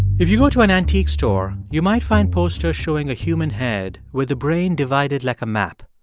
if you go to an antique store, you might find posters showing a human head with the brain divided like a map.